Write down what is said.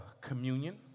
communion